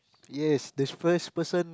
yes this first person